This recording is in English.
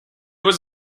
was